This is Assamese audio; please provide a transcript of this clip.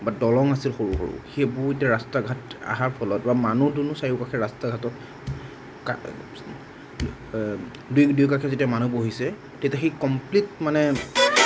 বা দলং আছিল সৰু সৰু সেইবোৰ এতিয়া ৰাস্তা ঘাট অহাৰ ফলত বা মানুহ দুনুহ চাৰিওকাষে ৰাস্তা ঘাটত দুয়ো দুয়োকাষে যেতিয়া মানুহ বহিছে তেতিয়া সেই কমপ্লিট মানে